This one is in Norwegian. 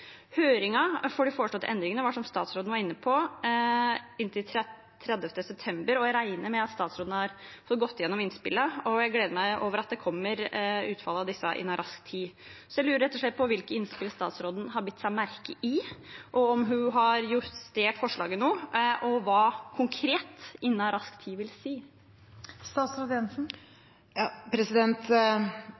for de foreslåtte endringene var, som statsråden var inne på, 30. september, og jeg regner med at statsråden har fått gått gjennom innspillene. Jeg gleder meg over at det kommer utfall av disse innen kort tid. Jeg lurer rett og slett på hvilke innspill statsråden har bitt seg merke i, om hun har justert forslaget noe, og hva konkret «innen kort tid» vil si.